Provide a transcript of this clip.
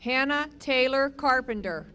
hannah taylor carpenter